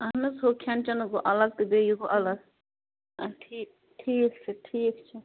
اَہَن حظ سُہ کھٮ۪ن چٮ۪نُک گوٚو الگ تہٕ بیٚیہِ یہِ گوٚو الگ آ ٹھیٖک ٹھیٖک چھُ ٹھیٖک چھُ